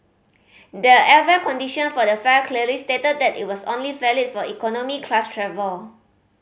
the airfare condition for the fare clearly stated that it was only valid for economy class travel